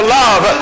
love